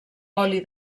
oli